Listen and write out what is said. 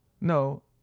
no